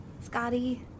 Scotty